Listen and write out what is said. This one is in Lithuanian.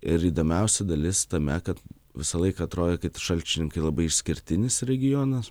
ir įdomiausia dalis tame kad visą laiką atrodė kad šalčininkai labai išskirtinis regionas